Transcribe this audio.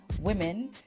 women